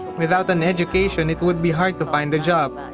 without an education it would be hard to find a job.